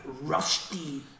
rusty